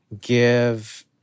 give